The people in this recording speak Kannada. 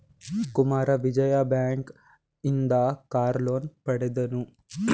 ಕುಮಾರ ವಿಜಯ ಬ್ಯಾಂಕ್ ಇಂದ ಕಾರ್ ಲೋನ್ ಪಡೆದನು